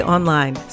Online